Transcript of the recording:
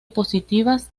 positivas